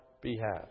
behalf